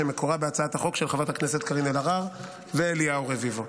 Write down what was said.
שמקורה בהצעת החוק של חברת הכנסת קארין אלהרר ואליהו רביבו.